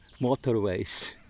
motorways